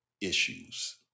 issues